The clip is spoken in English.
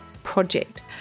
project